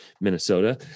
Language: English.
Minnesota